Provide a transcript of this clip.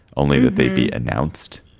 only that they'd be announced,